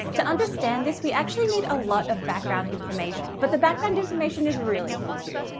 to understand this we actually need a lot of background information but the background information is really cool too.